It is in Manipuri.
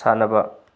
ꯁꯥꯟꯅꯕ